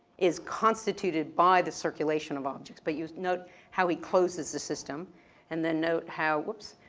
is constituted by the circulation of objects. but you note how he closes the system and then note how, whoops,